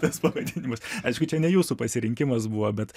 tas pavadinimas aišku čia ne jūsų pasirinkimas buvo bet